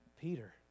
Peter